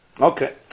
Okay